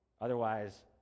Otherwise